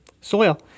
soil